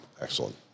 Excellent